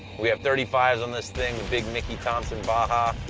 we have thirty five s on this thing, big mickey thompson baja.